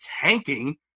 tanking